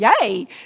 yay